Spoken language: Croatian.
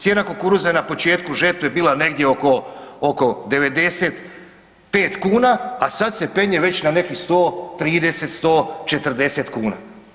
Cijena kukuruza je na početku žetve bila negdje oko, oko 95 kuna, a sad se penje već na nekih 130-140 kuna.